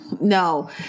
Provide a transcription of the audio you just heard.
no